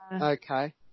okay